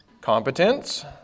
competence